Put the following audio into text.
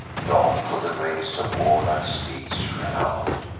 long for the race of warlike steeds renown'd.